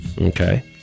Okay